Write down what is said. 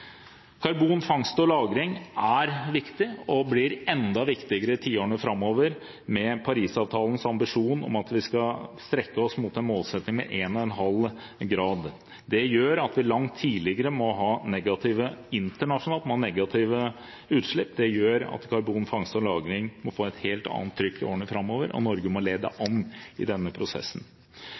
Karbonfangst og -lagring er viktig og blir enda viktigere i tiårene framover med Paris-avtalens ambisjon om at vi skal strekke oss mot en målsetting om 1,5 grader. Det gjør at vi internasjonalt langt tidligere må ha negative utslipp. Det gjør at karbonfangst og -lagring må få et helt annet trykk i årene framover, og Norge må lede an i denne prosessen.